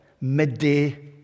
midday